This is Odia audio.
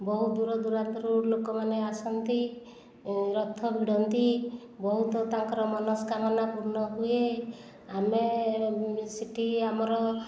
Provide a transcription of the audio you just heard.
ବହୁତ ଦୂର ଦୂରାନ୍ତରୁ ଲୋକମାନେ ଆସନ୍ତି ରଥ ଭିଡ଼ନ୍ତି ବହୁତ ତାଙ୍କର ମନସ୍କାମନା ପୂର୍ଣ୍ଣ ହୁଏ ଆମେ ସେଇଠି ଆମର